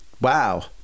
Wow